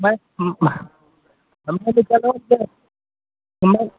नहि हम कहै छलहुॅं जे